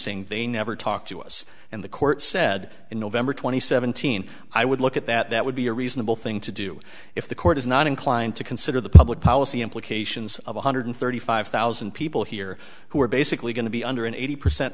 saying they never talked to us and the court said in november two thousand and seventeen i would look at that that would be a reasonable thing to do if the court is not inclined to consider the public policy implications of one hundred thirty five thousand people here who are basically going to be under an eighty percent